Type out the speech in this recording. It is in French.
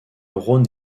rhône